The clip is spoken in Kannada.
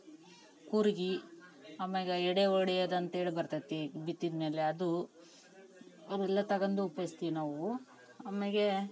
ಕೂರಿಗೆ ಆಮೇಲೆ ಎಡೆ ಹೊಡೆಯದಂತ ಹೇಳ್ ಬರ್ತದೆ ಬಿತ್ತಿದ ಮೇಲೆ ಅದು ಅವೆಲ್ಲಾ ತಗೊಂಡು ಉಪ್ಯೋಗಿಸ್ತೀವ್ ನಾವೂ ಅಮೆಲೆ